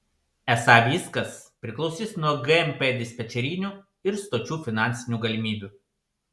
esą viskas priklausys nuo gmp dispečerinių ir stočių finansinių galimybių